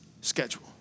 schedule